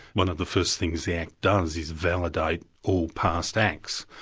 one of the first things the act does is validate all past acts.